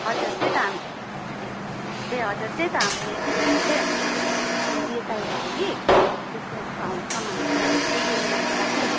हजुर त्यही त हाम् ए हजुर त्यही त हाम्रो यहाँ स्कुलमा चाहिँ अब उयो चाहिएको थियो कि स्टेसनरी स समानहरू चाहिएको थियो सेमिनारको लागि